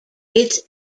its